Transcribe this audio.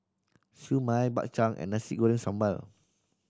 Siew Mai Bak Chang and Nasi Goreng Sambal